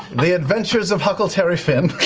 the adventures of huckle-tary finn.